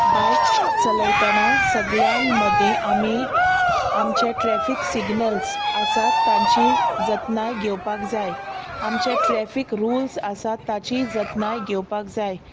बायक चलयतना सगळ्यां मदें आमी आमचे ट्रॅफीक सिग्नल्स आसात तांची जतनाय घेवपाक जाय आमचे ट्रॅफीक रुल्स आसात ताची जतनाय घेवपाक जाय